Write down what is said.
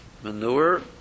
Manure